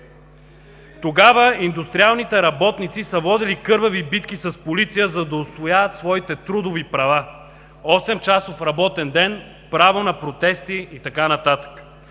Тогава индустриалните работници са водили кървави битки с полиция, за да отстояват своите трудови права – осемчасов работен ден, право на протести и така нататък.